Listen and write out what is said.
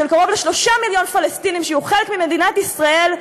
של קרוב ל-3 מיליון פלסטינים שיהיו חלק ממדינת ישראל,